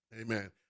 amen